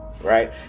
right